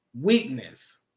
weakness